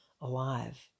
alive